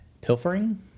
Pilfering